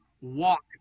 walk